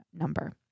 number